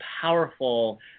powerful